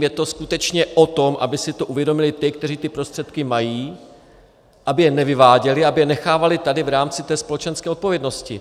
Je to skutečně o tom, aby si to uvědomili ti, kteří ty prostředky mají, aby je nevyváděli, aby je nechávali tady v rámci společenské odpovědnosti.